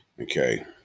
Okay